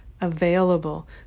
available